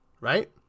right